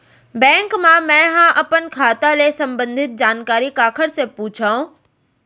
Bank मा मैं ह अपन खाता ले संबंधित जानकारी काखर से पूछव?